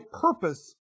purpose